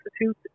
Institute